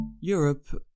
Europe